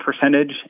percentage